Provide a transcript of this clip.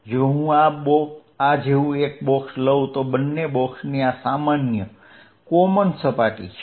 જો હું આ જેવું એક બોક્સ લઉં તો બંને બોક્સની આ સામાન્ય સપાટી છે